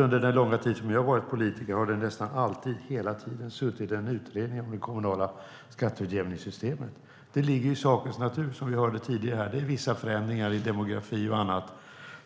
Under den långa tid jag har varit politiker har det kommunala skatteutjämningssystemet nästan alltid utretts. Det ligger i sakens natur. Som vi hörde tidigare är det vissa förändringar i demografi och annat